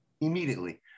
immediately